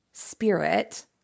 spirit